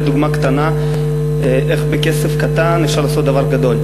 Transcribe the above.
דוגמה קטנה איך בכסף קטן אפשר לעשות דבר גדול.